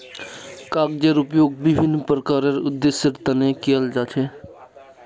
कागजेर उपयोग विभिन्न प्रकारेर उद्देश्येर तने कियाल जा छे